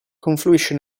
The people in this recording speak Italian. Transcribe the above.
confluisce